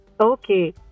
Okay